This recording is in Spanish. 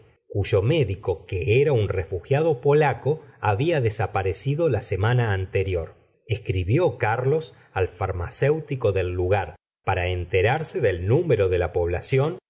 cuyo médico que era un refugiado polaco habla desaparecido la semana anterior escribió carls al farmacéutico del lugar para enterarse del número de la población